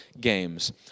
games